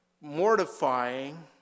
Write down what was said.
mortifying